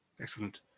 Excellent